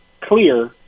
clear